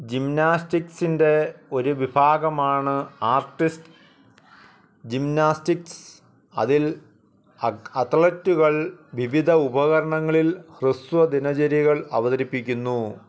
ജിംനാസ്റ്റിക്സിന്റെ ഒരു വിഭാഗമാണ് artist gymnastics അതിൽ അത്ലറ്റുകൾ വിവിധ ഉപകരണങ്ങളിൽ ഹ്രസ്വ ദിനചര്യകൾ അവതരിപ്പിക്കുന്നു